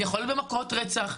יכול להיות במכות רצח,